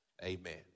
Amen